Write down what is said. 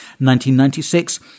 1996